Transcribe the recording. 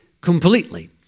completely